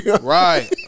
Right